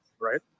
Right